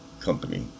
company